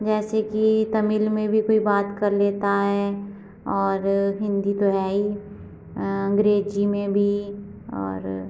जैसे कि तमिल में भी कोई बात कर लेता है और हिंदी तो है ही अ और अंग्रेजी में भी और